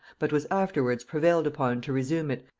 but was afterwards prevailed upon to resume it,